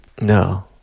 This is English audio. No